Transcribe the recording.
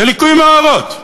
זה ליקוי מאורות.